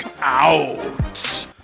out